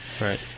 Right